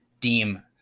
deem